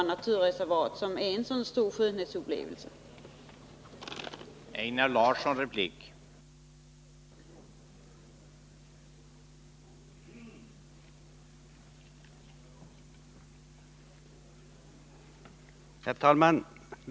Människor skall stället få möjlighet att njuta av den skönhetsupplevelse som sådana här områden kan erbjuda.